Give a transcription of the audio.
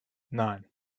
nein